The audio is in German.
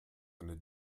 eine